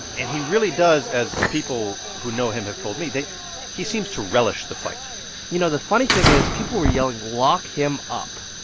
and he really does, as people who know him have told me he seems to relish the fight you know, the funny thing is people were yelling, lock him up,